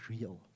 real